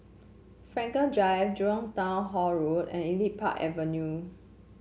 Frankel Drive Jurong Town Hall Road and Elite Park Avenue